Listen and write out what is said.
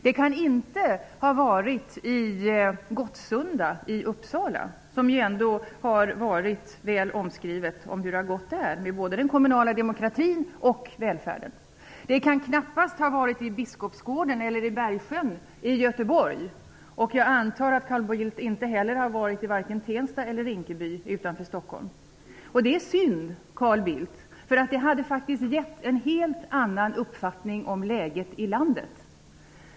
Han kan inte ha varit i Gottsunda i Uppsala, som ändå har varit väl omskrivet när det gäller hur det har gått där både med den kommunala demokratin och med välfärden. Han kan knappast ha varit i Biskopsgården eller i Bergsjön i Göteborg. Jag antar att Carl Bildt inte heller har varit i vare sig Det är synd, Carl Bildt, därför att det skulle ha gett en helt annan uppfattning om läget i landet.